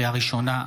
לקריאה ראשונה,